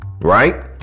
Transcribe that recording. Right